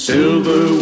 Silver